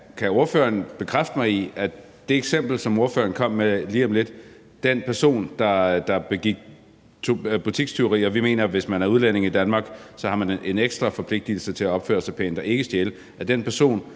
kan ordføreren bekræfte mig i det eksempel, som ordføreren kom med lige før, altså om den person det, der begik butikstyverier? Vi mener, at hvis man er udlænding i Danmark, har man en ekstra forpligtelse til at opføre sig pænt og ikke stjæle. Den person